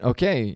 Okay